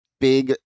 big